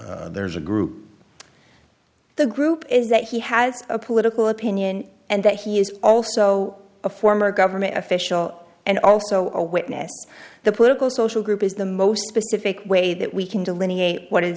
say there's a group the group is that he has a political opinion and that he is also a former government official and also a witness the political social group is the most specific way that we can delineate what is